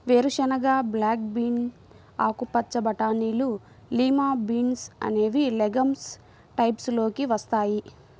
వేరుశెనగ, black beans, ఆకుపచ్చ బటానీలు, లిమా బీన్స్ అనేవి లెగమ్స్ టైప్స్ లోకి వస్తాయి